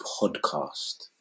Podcast